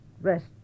rest